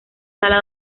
sala